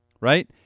Right